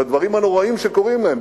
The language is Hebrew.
על הדברים הנוראים שקורים להן,